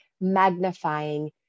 magnifying